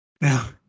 Now